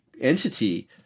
entity